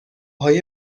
های